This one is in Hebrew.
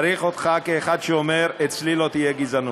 צריך אותך כאחד שאומר: אצלי לא תהיה גזענות,